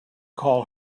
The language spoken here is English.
call